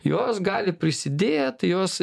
jos gali prisidėt jos